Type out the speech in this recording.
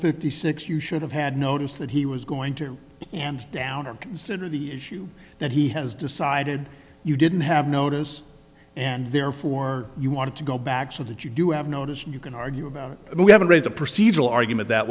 fifty six you should have had notice that he was going to and downer consider the issue that he has decided you didn't have notice and therefore you want to go back so that you do have noticed you can argue about it we haven't raised a procedural argument that